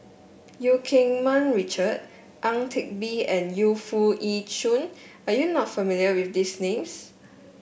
Eu Keng Mun Richard Ang Teck Bee and Yu Foo Yee Shoon are you not familiar with these names